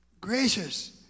gracious